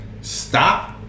stop